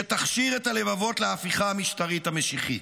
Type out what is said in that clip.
שתכשיר את הלבבות להפיכה המשטרית המשיחית.